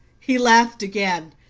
he laughed again.